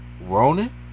ronan